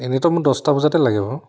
এনেতো মোক দহটা বজাতেই লাগে বাৰু